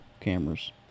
cameras